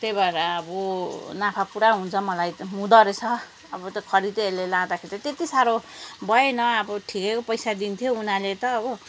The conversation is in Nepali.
त्यही भएर अब नाफा पुरा हुन्छ मलाई हुँदोरहेछ अब त्यो खरिदेहरूले लाँदाखेरि चाहिँ त्यति साह्रो भएन अब ठिकैको पैसा दिन्थ्यो उनीहरूले त हो